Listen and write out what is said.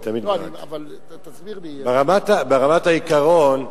ברמת העיקרון,